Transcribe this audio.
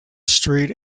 street